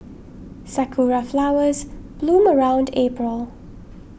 sakura flowers bloom around April